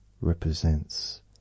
represents